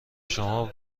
شما